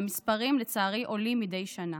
והמספרים לצערי עולים מדי שנה.